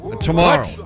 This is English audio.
Tomorrow